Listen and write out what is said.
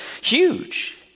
huge